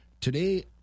today